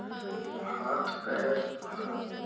हाथ पैर